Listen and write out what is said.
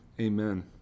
Amen